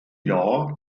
jahr